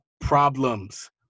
problems